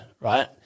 right